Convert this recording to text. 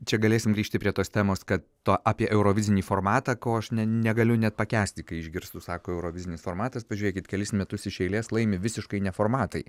čia galėsim grįžti prie tos temos kad to apie eurovizinį formatą ko aš negaliu net pakęsti kai išgirstu sako eurovizinis formatas pažiūrėkit kelis metus iš eilės laimi visiškai ne formatai